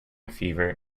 fever